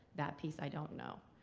that piece i don't know.